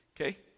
Okay